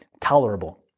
tolerable